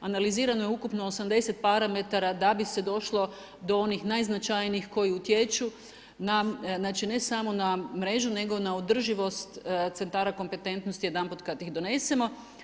Analizirano je ukupno 80 parametara da bi se došlo do onih najznačajnijih koji utječu na, znači ne samo na mrežu, nego na održivost centara kompetentnosti jedanput kad ih donesemo.